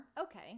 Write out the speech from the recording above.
Okay